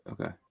Okay